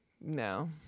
No